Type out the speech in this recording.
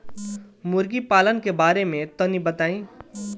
मुर्गी पालन के बारे में तनी बताई?